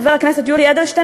חבר הכנסת יולי אדלשטיין,